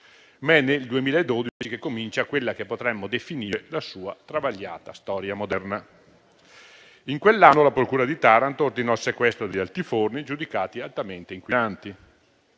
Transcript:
ma è nel 2012 che comincia quella che potremmo definire la sua travagliata storia moderna. In quell'anno la procura di Taranto ordinò il sequestro degli altiforni, giudicati altamente inquinanti.